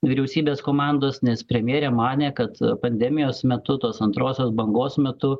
vyriausybės komandos nes premjerė manė kad pandemijos metu tos antrosios bangos metu